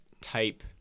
type